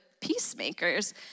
peacemakers